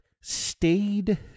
stayed